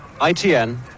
ITN